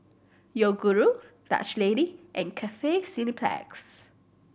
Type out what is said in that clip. Yoguru Dutch Lady and Cathay Cineplex